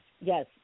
yes